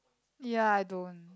ya I don't